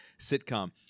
sitcom